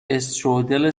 استرودل